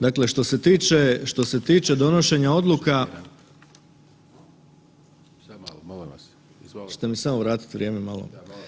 Dakle, što se tiče donošenja odluka ... [[Upadica se ne čuje.]] Hoćete mi samo vratiti vrijeme malo?